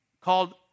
called